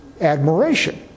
admiration